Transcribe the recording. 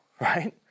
right